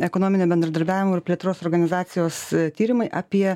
ekonominio bendradarbiavimo ir plėtros organizacijos tyrimai apie